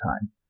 time